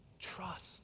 Trust